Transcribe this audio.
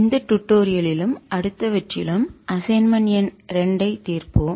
இந்த டுடோரியலிலும் அடுத்த வற்றிலும் அசைன்மென்ட் எண் 2 ஐ தீர்ப்போம்